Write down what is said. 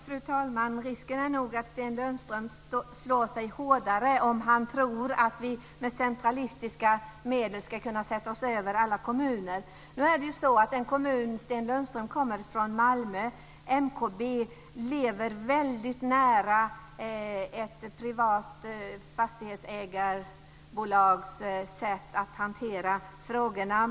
Fru talman! Risken är nog att Sten Lundström slår sig hårdare om han tror att vi med centralistiska medel ska kunna sätta oss över alla kommuner. I den kommun som Sten Lundström kommer från, Malmö, lever MKB nära ett privat fastighetsägarbolags sätt att hantera frågorna.